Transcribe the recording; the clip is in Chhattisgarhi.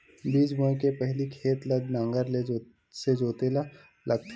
बीज बोय के पहिली खेत ल नांगर से जोतेल लगथे?